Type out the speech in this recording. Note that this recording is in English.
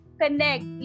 connect